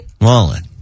Wallen